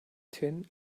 tin